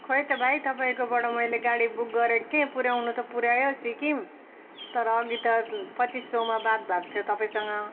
खोई त भाइ तपाईँकोबाट मैले गाडी बुक गरेको थिएँ पुऱ्याउन त पुऱ्यायो सिक्किम तर अघि त पच्चिस सौमा बात भाको थ्यो तपाईँसङ